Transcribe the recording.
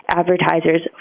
advertisers